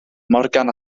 morgan